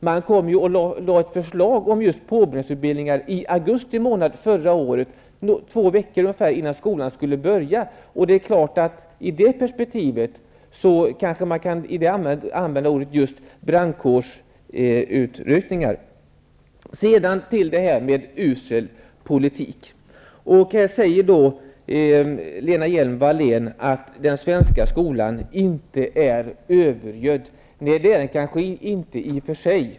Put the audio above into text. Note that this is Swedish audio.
Man lade fram ett förslag om just påbyggnadsutbildningar i augusti månad förra året, två veckor innan skolan skulle börja. I det perspektivet kanske man kan använda ordet brandkårsutryckning. Sedan till detta med ''usel politik''. Lena Hjelm Wallén säger att den svenska skolan inte är övergödd. Nej, det är den kanske inte i och för sig.